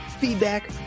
feedback